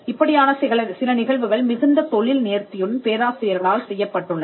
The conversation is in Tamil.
இப்படியான சில நிகழ்வுகள் மிகுந்த தொழில் நேர்த்தியுடன் பேராசிரியர்களால் செய்யப்பட்டுள்ளன